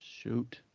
Shoot